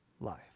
life